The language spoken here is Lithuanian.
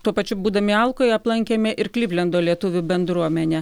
tuo pačiu būdami alkoj aplankėme ir klivlendo lietuvių bendruomenę